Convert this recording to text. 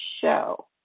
show